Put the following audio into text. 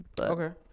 Okay